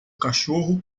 cachorro